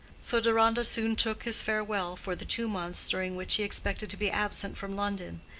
so deronda soon took his farewell for the two months during which he expected to be absent from london,